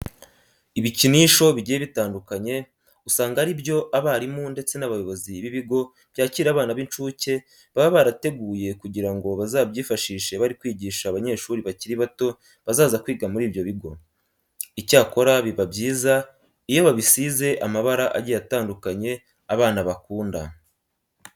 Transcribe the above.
Ibikinisho bigiye bitandukanye usanga ari byo abarimu ndetse n'abayobozi b'ibigo byakira abana b'incuke baba barateguye kugira ngo bazabyifashishe bari kwigisha abanyeshuri bakiri bato bazaza kwiga muri ibyo bigo. Icyakora biba byiza iyo babisize amabara agiye atandukanye abana bakunda.